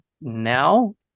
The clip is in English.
now